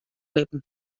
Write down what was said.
litten